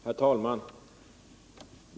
Herr talman!